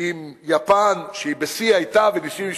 עם יפן, שהיתה בשיא.